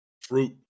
Fruit